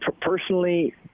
personally